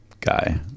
guy